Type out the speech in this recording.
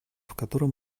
котором